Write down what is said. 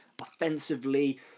Offensively